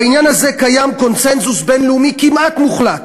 בעניין הזה קיים קונסנזוס בין-לאומי כמעט מוחלט